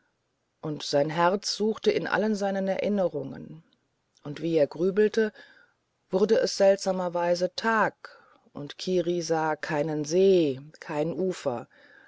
und sein herz suchte in allen seinen erinnerungen und wie er grübelte wurde es seltsamerweise tag und kiri sah keinen see keine ufer